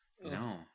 No